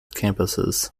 campuses